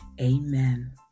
amen